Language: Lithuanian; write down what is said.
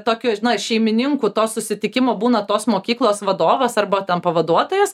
tokiu na šeimininku to susitikimo būna tos mokyklos vadovas arba ten pavaduotojas